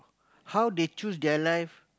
how they choose their life